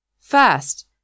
First